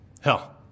Hell